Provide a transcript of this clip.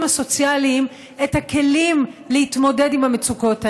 הסוציאליים את הכלים להתמודד עם המצוקות האלה.